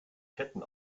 ketten